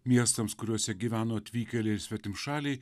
miestams kuriuose gyveno atvykėliai svetimšaliai